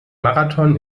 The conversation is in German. marathon